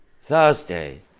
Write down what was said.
Thursday